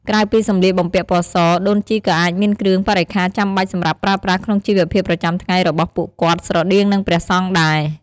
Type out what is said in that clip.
ដូនជីខ្មែរច្រើនប្រើប្រាស់បាត្រឬភាជន៍សម្រាប់ទទួលចង្ហាន់ បាយទឹក បន្លែផ្លែឈើទុកប្រកេនព្រះសង្ឍជាដើម។